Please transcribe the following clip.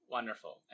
Wonderful